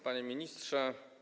Panie Ministrze!